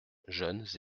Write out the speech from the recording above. jeunes